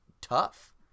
tough